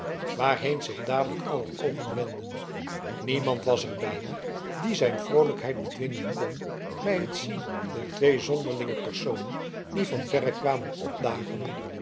waarheen zich dadelijk aller oogen wendden niemand was er bijna die zijn vroolijkheid bedwingen kon bij het zien der twee zonderlinge personen die van verre kwamen opdagen